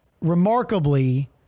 remarkably—